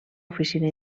oficina